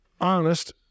honest